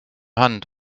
hand